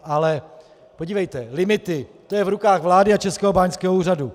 Ale podívejte, limity, to je v rukách vlády a Českého báňského úřadu.